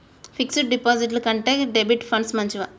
Fix డ్ డిపాజిట్ల కంటే డెబిట్ ఫండ్స్ మంచివా?